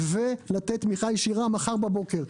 ולתת תמיכה ישירה מחר בבוקר.